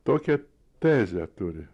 tokią tezę turi